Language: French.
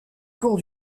cours